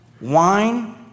Wine